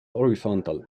horizontal